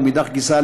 ומאידך גיסא,